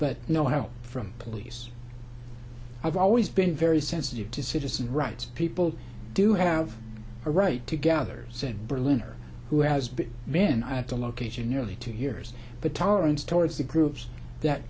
but no help from police i've always been very sensitive to citizens rights people do have a right to gather said berliner who has been then i have to locate you nearly two years but tolerance towards the groups that